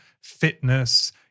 fitness